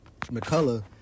McCullough